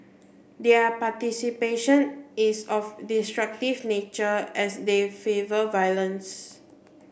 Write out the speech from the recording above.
their participation is of destructive nature as they favour violence